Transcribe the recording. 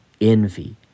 envy